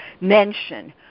mention